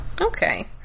Okay